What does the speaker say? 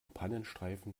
pannenstreifen